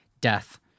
death